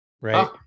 right